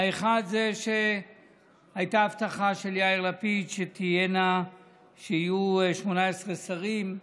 1. שהייתה הבטחה של יאיר לפיד שיהיו 18 שרים,